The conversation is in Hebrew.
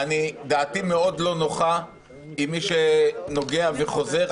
דעתי מאוד לא נוחה עם מי שנוגע וחוזר,